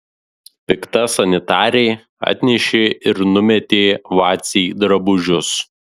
pikta sanitarė atnešė ir numetė vacei drabužius